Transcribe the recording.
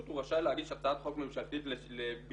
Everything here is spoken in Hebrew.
הוא רשאי להגיש הצעת חוק ממשלתית לביטולה.